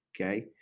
Okay